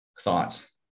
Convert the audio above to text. Thoughts